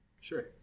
Sure